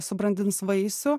subrandins vaisių